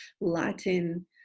latin